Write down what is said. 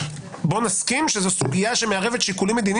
בוא נסכים שזו סוגיה שמערבת שיקולים מדיניים